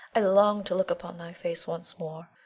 i long to look upon thy face once more.